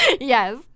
Yes